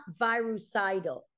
virucidal